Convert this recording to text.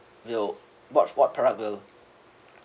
will what what product will